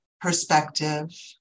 perspective